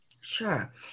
Sure